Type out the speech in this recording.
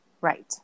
right